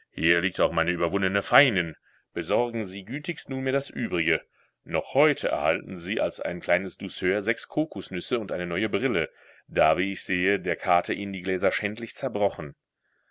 liegt auch meine überwundene feindin besorgen sie gütigst nunmehr das übrige noch heute erhalten sie als ein kleines douceur sechs kokusnüsse und eine neue brille da wie ich sehe der kater ihnen die gläser schändlich zerbrochen